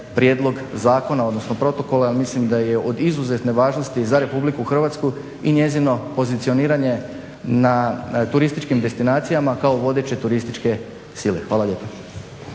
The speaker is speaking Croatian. prijedlog zakona odnosno protokola jer mislim da je od izuzetne važnosti za Republiku Hrvatsku i njezino pozicioniranje na turističkim destinacijama kao vodeće turističke sile. Hvala lijepo.